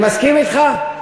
אני מסכים אתך.